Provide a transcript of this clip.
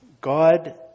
God